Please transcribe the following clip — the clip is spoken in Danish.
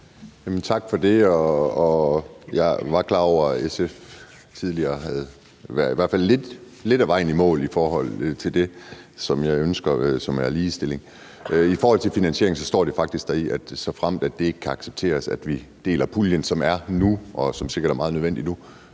Tak for det. Jeg var klar over, at SF tidligere var nået i hvert fald lidt af vejen i mål i forhold til det, som jeg ønsker, som er ligestilling. I forhold til finansiering står der faktisk i forslaget, at såfremt det ikke kan accepteres, at vi deler puljen, som er der nu, og som sikkert er meget nødvendig nu,